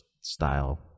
style